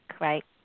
right